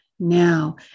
now